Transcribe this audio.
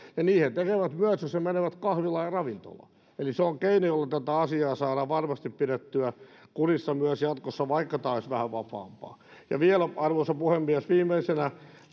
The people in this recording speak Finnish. ja niin he tekevät myös jos he menevät kahvilaan ja ravintolaan eli se on keino jolla tätä asiaa saadaan varmasti pidettyä kurissa myös jatkossa vaikka tämä olisi vähän vapaampaa vielä arvoisa puhemies viimeisenä